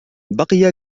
بقي